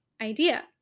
idea